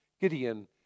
Gideon